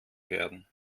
werden